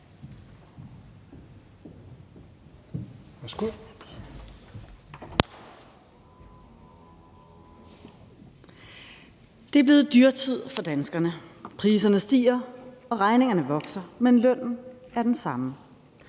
Det er blevet dyrtid for danskerne. Priserne stiger, og regningerne vokser, men lønnen er den samme.